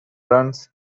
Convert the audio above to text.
runs